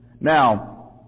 Now